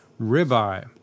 ribeye